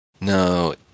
No